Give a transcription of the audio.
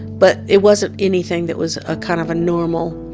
but it wasn't anything that was a kind of a normal-a